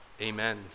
Amen